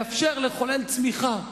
לאפשר לחולל צמיחה.